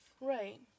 Right